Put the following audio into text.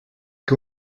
que